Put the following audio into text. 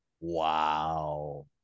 Wow